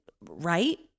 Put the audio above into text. right